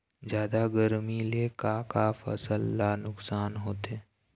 जादा गरमी ले का का फसल ला नुकसान होथे?